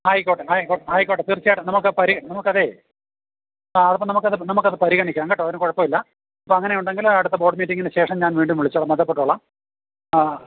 ആയിക്കോട്ടെ ആയിക്കോട്ടെ ആയിക്കോട്ടെ തീർച്ചയായിട്ടും നമുക്ക് പരി നമുക്കതേ ആ അപ്പോൾ നമുക്കത് നമുക്കത് പരിഗണിക്കാം കേട്ടോ അതിന് കുഴപ്പമില്ല അപ്പം അങ്ങനെ ഉണ്ടെങ്കി അടുത്ത ബോർഡ് മീറ്റിങ്ങിന് ശേഷം ഞാൻ വീണ്ടും വിളിച്ചോളാം ബന്ധപ്പെട്ടോളാം ആ